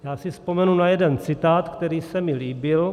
Já si vzpomenu na jeden citát, který se mi líbil.